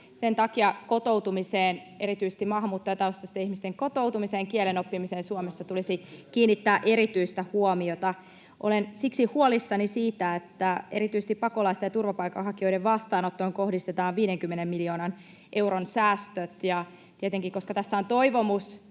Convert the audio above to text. Sen takia kotoutumiseen, erityisesti maahanmuuttajataustaisten ihmisten kotoutumiseen, ja kielenoppimiseen Suomessa tulisi kiinnittää erityistä huomiota. Olen siksi huolissani siitä, että erityisesti pakolaisten ja turvapaikanhakijoiden vastaanottoon kohdistetaan 50 miljoonan euron säästöt, ja tietenkin, koska tässä on toivomus